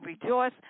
rejoice